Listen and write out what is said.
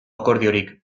akordiorik